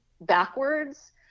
backwards